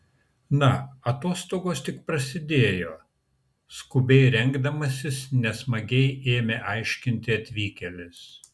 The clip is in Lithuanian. na atostogos tik prasidėjo skubiai rengdamasis nesmagiai ėmė aiškinti atvykėlis